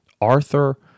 Arthur